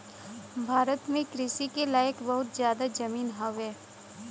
भारत में कृषि के लायक बहुत जादा जमीन हउवे